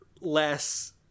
less